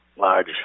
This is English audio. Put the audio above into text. Large